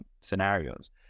scenarios